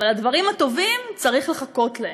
אבל הדברים הטובים, צריך לחכות להם.